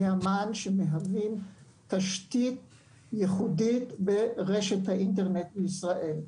המען שמהווים תשתית ייחודית ברשת האינטרנט בישראל.